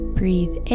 breathe